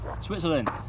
Switzerland